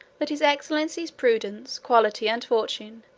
that his excellency's prudence, quality, and fortune,